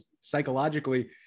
psychologically